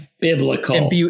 biblical